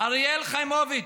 אריאל חיימוביץ,